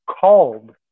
called